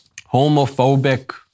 homophobic